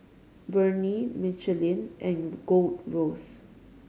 Burnie Michelin and Gold Roast